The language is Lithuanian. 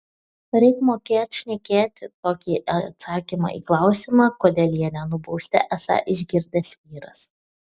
reik mokėt šnekėti tokį į atsakymą į klausimą kodėl jie nenubausti esą išgirdęs vyras